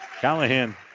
Callahan